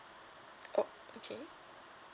oh okay